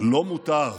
לו מותר.